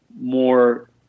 more